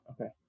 okay